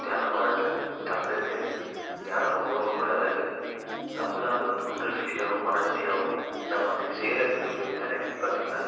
தியானம் பண்ணுறதுல தப்பே கிடையாது தியானம் ரொம்ப ரொம்பவுமே நல்லது அப்போதான் அது வந்து உடல்ரீதியாகவும் மனரீதியாகவும் நம்ம அன்றைக்கி செய்யக்கூடிய வேலைகள் பார்த்திங்கனா